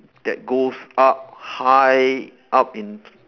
that goes up high up into